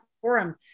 forum